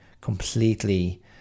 completely